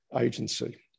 Agency